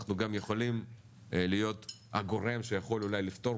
אנחנו גם יכולים להיות הגורם שיכול אולי לפתור